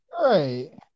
Right